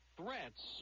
threats